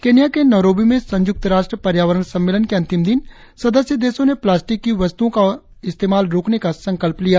Kenya के Nairobi में संयुक्त राष्ट्र पर्यावरण सम्मेलन के अंतिम दिन सदस्य देशों ने प्लास्टिक की वस्तुओं का इस्तेमाल रोकने का संकल्प लिया